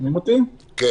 אני